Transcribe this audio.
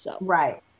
Right